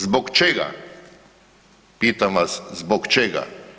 Zbog čega, pitam vas, zbog čega?